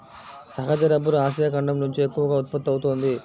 సహజ rubber Asia ఖండం నుంచే ఎక్కువగా ఉత్పత్తి అవుతోంది